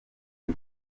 ngo